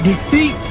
Defeat